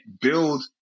build